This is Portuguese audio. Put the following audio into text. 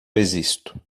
existo